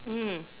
mm